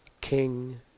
King